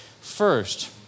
first